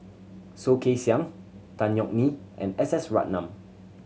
Soh Kay Siang Tan Yeok Nee and S S Ratnam